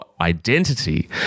identity